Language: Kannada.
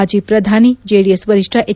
ಮಾಜಿ ಪ್ರಧಾನಿ ಜೆಡಿಎಸ್ ವರಿಷ್ಠ ಎಚ್